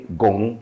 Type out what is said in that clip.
gong